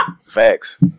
Facts